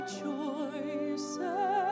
choices